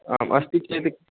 आम् अस्ति चेत्